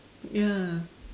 ya